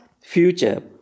future